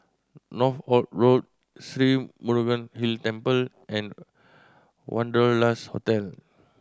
Northolt Road Sri Murugan Hill Temple and Wanderlust Hotel